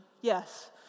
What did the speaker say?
yes